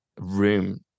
room